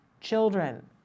Children